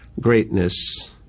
greatness